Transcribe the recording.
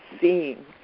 seeing